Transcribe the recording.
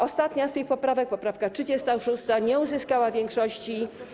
Ostatnia z tych poprawek, poprawka 36., nie uzyskała większości.